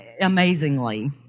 amazingly